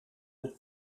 the